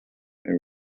and